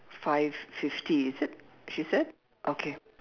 five fifty is it she said okay